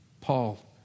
Paul